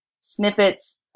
snippets